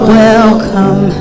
welcome